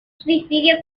suicidio